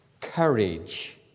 courage